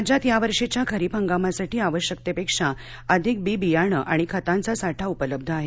राज्यात यावर्षीच्या खरीप हंगामासाठी आवश्यकतेपेक्षा अधिक बि बियाणं आणि खतांचा साठा उपलब्ध आहे